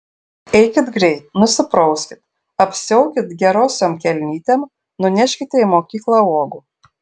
eikit greit nusiprauskit apsiaukit gerosiom kelnytėm nunešite į mokyklą uogų